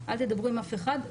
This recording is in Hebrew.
אל תדברו עם אף אחד,